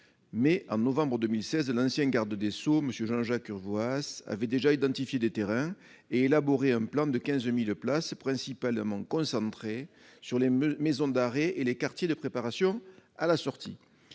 mais, en novembre 2016, l'ancien garde des sceaux, M. Jean-Jacques Urvoas, avait déjà identifié des terrains et élaboré un plan de 15 000 places, principalement concentré sur les maisons d'arrêt et les quartiers de préparation à la sortie.